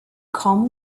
come